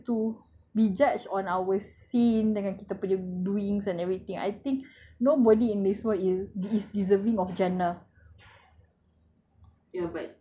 because if if we were to be judged on our sins dengan kita punya doings and everything I think nobody in this world in these deserving of jannah